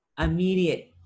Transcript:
immediate